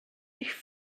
sich